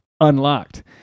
unlocked